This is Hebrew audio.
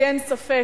לי אין ספק